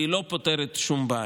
והיא לא פותרת שום בעיה.